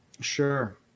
Sure